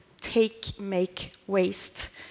take-make-waste